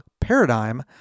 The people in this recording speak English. paradigm